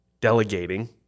delegating